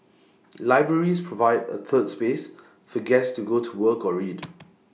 libraries provide A 'third space' for guest to go to work or read